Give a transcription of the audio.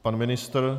Pan ministr?